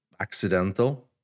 accidental